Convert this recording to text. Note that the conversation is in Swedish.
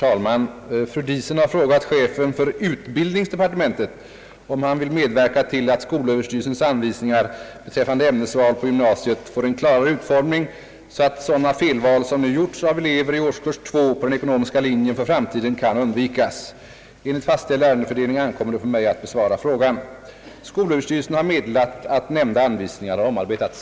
= »Vill Statsrådet medverka till att skolöverstyrelsens anvisningar beträffande ämnesval på gymnasiet får en klarare utformning, så att sådana felval, som nu gjorts av elever i årskurs 2 på den ekonomiska linjen, för framtiden kan undvikas?»